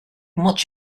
much